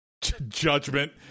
Judgment